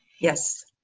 Yes